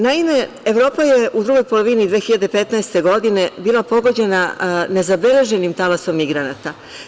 Naime, Evropa je u drugoj polovini 2015. godine bila pogođena nezabeleženim talasom migranata.